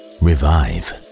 revive